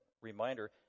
reminder